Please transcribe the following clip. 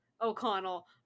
O'Connell